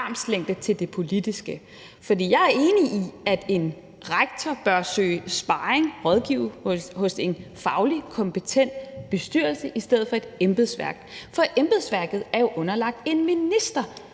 armslængde til det politiske. For jeg er enig i, at en rektor bør søge sparring med og rådgivning hos en fagligt kompetent bestyrelse i stedet for et embedsværk, for embedsværket er jo underlagt en minister,